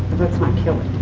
let's not kill it.